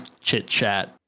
chit-chat